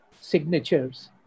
signatures